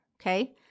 okay